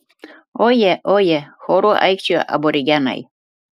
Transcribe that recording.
oje oje choru aikčiojo aborigenai